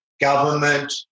government